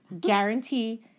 Guarantee